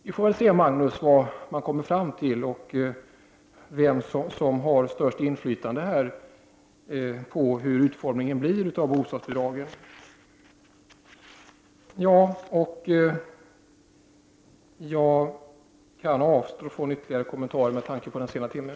Vi får väl se, Magnus Persson, vad man kommer fram till och vem som har störst inflytande vid utformningen av bostadsbidragen. Jag kan avstå från ytterligare kommentarer med tanke på den sena timmen.